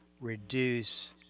reduce